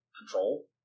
control